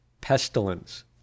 Pestilence